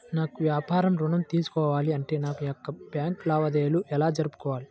నాకు వ్యాపారం ఋణం తీసుకోవాలి అంటే నా యొక్క బ్యాంకు లావాదేవీలు ఎలా జరుపుకోవాలి?